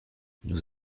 nous